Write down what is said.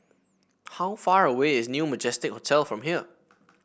how far away is New Majestic Hotel from here